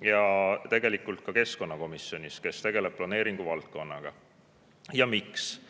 ja keskkonnakomisjonis, kes tegeleb planeeringuvaldkonnaga. Ja miks?